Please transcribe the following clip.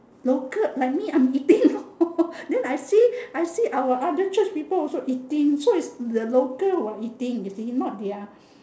local like me I'm eating hor then I see I see our other church people also eating so it's the local who are eating you see not their